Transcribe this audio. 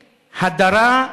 הדרה,